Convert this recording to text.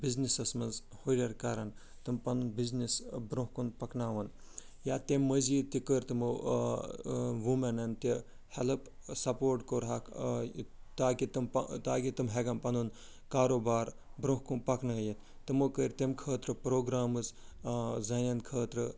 businesses منٛز ہُرٮ۪ر کَرن تِم پنُن بِزنِس برٛونٛہہ کُن پکناوَن یا تٔمۍ مٔزیٖد تہِ کٔر تِمو ووٗمٮ۪نن تہِ ہٮ۪لٕپ سپوٹ کوٚرہَکھ تاکہِ تِم پَہ تاکہِ تِم ہٮ۪کن پنُن کاروبار برٛونٛہہ کُن پکنٲیِتھ تِمو کٔرۍ تَمہِ خٲطرٕ پرٛوگرامٕز زنٮ۪ن خٲطرٕ